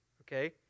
okay